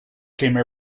came